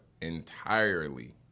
entirely